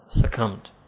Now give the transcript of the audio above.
succumbed